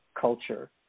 culture